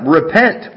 Repent